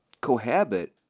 cohabit